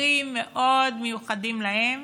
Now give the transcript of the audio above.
בתפרים מאוד מיוחדים להם,